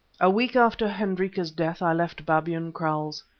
a week after hendrika's death i left babyan kraals.